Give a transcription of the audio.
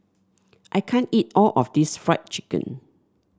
I can't eat all of this Fried Chicken